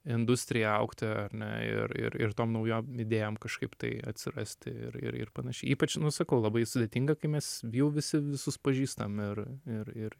industrijai augti ar ne ir ir ir tom naujom idėjom kažkaip tai atsirasti ir ir ir panašiai ypač nu sakau labai sudėtinga kai mes jau visi visus pažįstam ir ir ir